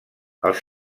els